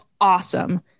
awesome